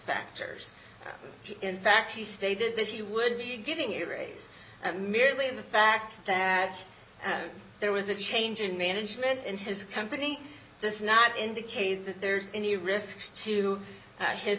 factors in fact he stated that he would be getting a raise merely in the fact that there was a change in management in his company does not indicate that there's any risk to